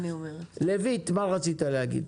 לויט מה רצית להגיד?